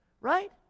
right